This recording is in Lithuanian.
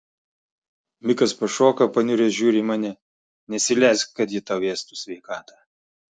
mikas pašoka paniuręs žiūri į mane nesileisk kad ji tau ėstų sveikatą